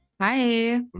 hi